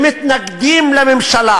שמתנגדים לממשלה,